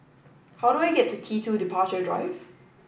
how do I get to T two Departure Drive